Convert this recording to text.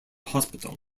hospital